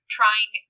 trying